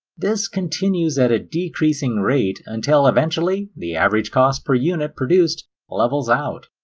this continues at a decreasing rate until eventually the average cost per unit produced levels out.